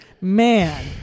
man